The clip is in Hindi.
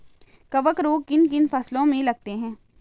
कवक रोग किन किन फसलों में लगते हैं?